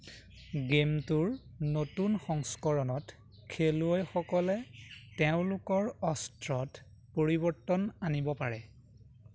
গে'মটোৰ নতুন সংস্কৰণত খেলুৱৈসকলে তেওঁলোকৰ অস্ত্ৰত পৰিৱৰ্তন আনিব পাৰে